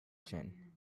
chin